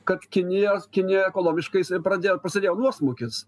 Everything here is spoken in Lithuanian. kad kinija kinijoje ekonomiškai pradėjo prasidėjo nuosmukis